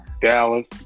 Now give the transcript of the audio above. Dallas